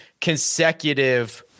consecutive